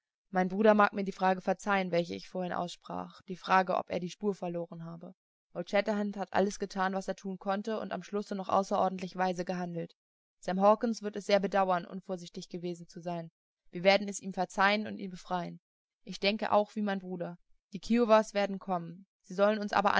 mein bruder mag mir die frage verzeihen welche ich vorhin aussprach die frage ob er die spur verloren habe old shatterhand hat alles getan was er tun konnte und am schlusse noch außerordentlich weise gehandelt sam hawkens wird es sehr bedauern unvorsichtig gewesen zu sein wir werden es ihm verzeihen und ihn befreien ich denke auch wie mein bruder die kiowas werden kommen sie sollen uns